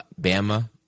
Bama